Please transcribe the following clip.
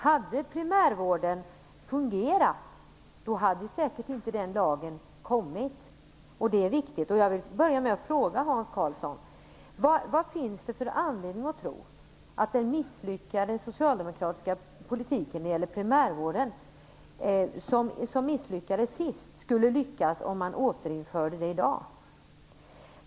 Hade primärvården fungerat, hade säkert inte den lagen kommit, och det är viktigt att notera. Jag vill börja med att fråga Hans Karlsson: Vad finns det för anledning att tro att den socialdemokratiska politik som senast misslyckades när det gäller primärvården skulle lyckas om man återinförde den i dag?